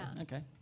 Okay